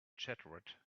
chattered